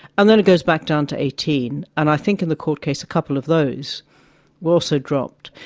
and then it goes back down to eighteen. and i think in the court case a couple of those were also dropped.